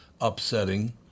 upsetting